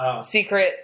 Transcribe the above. secret